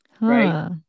Right